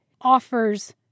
offers